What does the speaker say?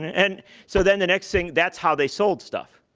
and so then the next thing that's how they sold stuff.